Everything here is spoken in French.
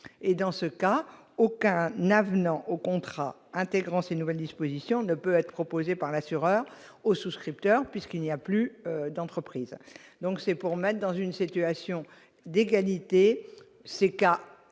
Dans ces cas, aucun avenant au contrat intégrant ces nouvelles dispositions ne peut être proposé par l'assureur au souscripteur, puisqu'il n'y a plus d'entreprise. Il s'agit de mettre en situation d'égalité certains